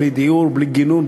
בלי גינון,